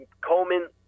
Coleman